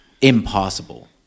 impossible